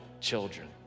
children